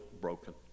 broken